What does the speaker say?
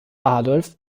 adolf